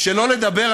שלא לדבר,